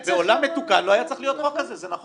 בעולם מתוקן לא היה צריך להיות חוק כזה, אבל